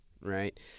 right